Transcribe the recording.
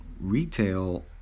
retail